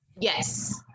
Yes